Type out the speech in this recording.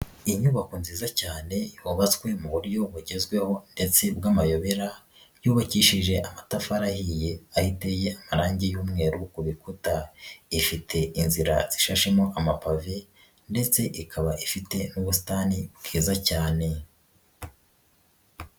Inyubako nziza cyane yubatswe mu buryo bugezweho ndetse bw'amayobera, yubakishije amatafarihiye, aho iteye amarangi y'umweru ku bikuta. Ifite inzira ishashemo amapave ndetse ikaba ifite n'ubusitani bwiza cyane.